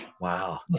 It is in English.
Wow